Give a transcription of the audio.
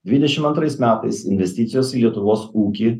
dvidešimt antrais metais investicijos į lietuvos ūkį